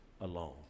alone